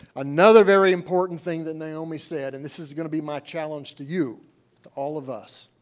another very important thing that naomi said and this is going to be my challenge to you, to all of us.